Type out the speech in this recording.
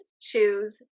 choose